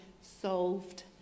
solved